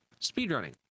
speedrunning